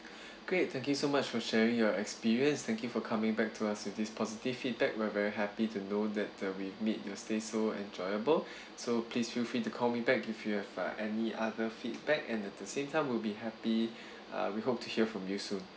great thank you so much for sharing your experience thank you for coming back to us with this positive feedback we're very happy to know that uh we made your stay so enjoyable so please feel free to call me back if you have uh any other feedback and at the same time we'll be happy uh we hope to hear from you soon